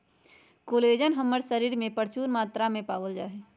collagen हमर शरीर में परचून मात्रा में पावल जा हई